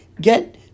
Get